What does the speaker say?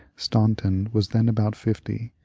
staunton was then about fifty,